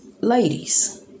ladies